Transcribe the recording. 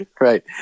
Right